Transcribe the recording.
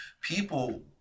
People